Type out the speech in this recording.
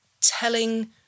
telling